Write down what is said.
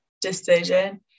decision